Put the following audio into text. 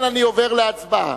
אני עובר להצבעה.